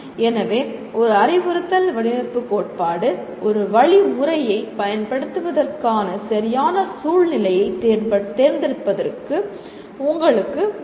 எனவே ஒரு அறிவுறுத்தல் வடிவமைப்பு கோட்பாடு ஒரு வழிமுறையைப் பயன்படுத்துவதற்கான சரியான சூழ்நிலையைத் தேர்ந்தெடுப்பதற்கு உங்களுக்கு உதவும்